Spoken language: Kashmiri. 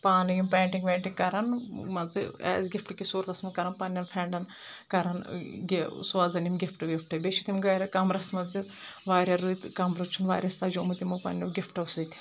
پانہٕ یِم پینٹِنٛگ وینٹنٛگ کران مان ژٕ ایز گفٹہٕ کِس صوٗرتس منٛز کران پننیٚن فرٛیٚنٛڈن کران یہِ سوزان یِم گفٹہٕ وِفٹہٕ بیٚیہِ چھِ تِم گھرِ کمرس منٛز تہِ واریاہ رٕتۍ کمرٕ چھُن واریاہ سجومُت یِمو پَننیٛو گفٹو سۭتۍ